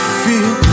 feel